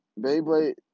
Beyblade